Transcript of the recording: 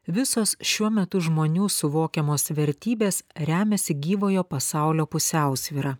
visos šiuo metu žmonių suvokiamos vertybės remiasi gyvojo pasaulio pusiausvyra